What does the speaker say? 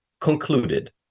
concluded